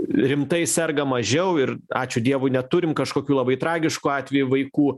rimtai serga mažiau ir ačiū dievui neturim kažkokių labai tragiškų atvejų vaikų